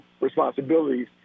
responsibilities